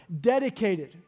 dedicated